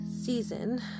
season